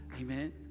Amen